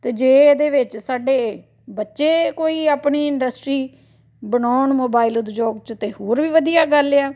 ਅਤੇ ਜੇ ਇਹਦੇ ਵਿੱਚ ਸਾਡੇ ਬੱਚੇ ਕੋਈ ਆਪਣੀ ਇੰਡਸਟਰੀ ਬਣਾਉਣ ਮੋਬਾਈਲ ਉਦਯੋਗ 'ਚ ਤਾਂ ਹੋਰ ਵੀ ਵਧੀਆ ਗੱਲ ਹੈ ਆ